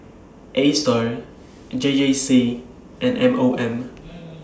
ASTAR and J J C and M O M